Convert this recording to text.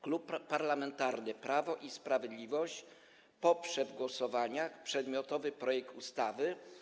Klub Parlamentarny Prawo i Sprawiedliwość poprze w głosowaniach przedmiotowy projekt ustawy.